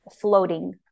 floating